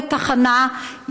לתחנה,